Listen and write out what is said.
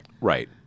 Right